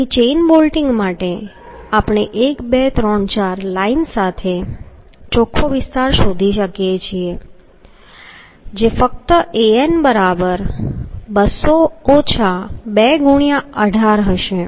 તેથી chain bolting માટે આપણે 1 2 3 4 લાઇન સાથે ચોખ્ખો વિસ્તાર શોધી શકીએ છીએ જે ફક્ત An બરાબર 200 2✕18 હશે